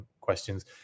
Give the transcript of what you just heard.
questions